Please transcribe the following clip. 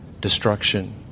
destruction